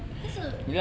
就是